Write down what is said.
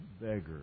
beggar